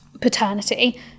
paternity